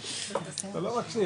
כיוון,